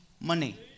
money